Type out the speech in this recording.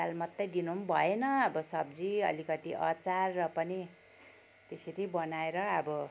दाल मात्रै दिनु पनि भएन अब सब्जी अलिकति अचार र पनि त्यसरी बनाएर अब